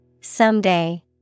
Someday